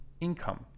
income